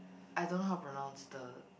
I don't know how pronounce the